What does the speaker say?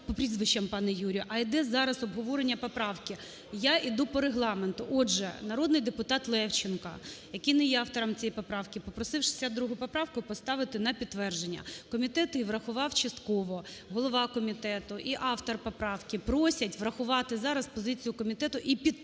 а йде зараз обговорення поправки. Я йду по регламенту. Отже, народний депутат Левченко, який не є автором цієї поправки, попросив 62 поправку поставити на підтвердження. Комітет її врахував частково. Голова комітету і автор поправки просять врахувати зараз позицію комітету і підтримати,